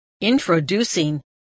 Introducing